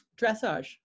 dressage